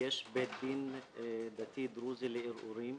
ויש בית דין דתי דרוזי אחד לערעורים.